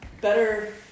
better